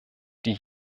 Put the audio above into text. die